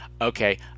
Okay